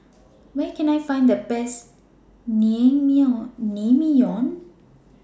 Where Can I Find The Best Naengmyeon